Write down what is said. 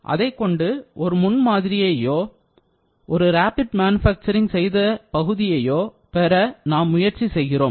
அதைக்கொண்டு ஒரு முன்மாதிரியையோ ஒரு ராபிட்மேனுஃபாக்சரிங் செய்த பகுதியையோ பெற நாம் முயற்சி செய்கிறோம்